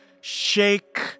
Shake